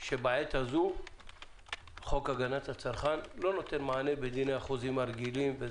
שבעת הזו חוק הגנת הצרכן לא נותן מענה בדיני החוזים הרגילים,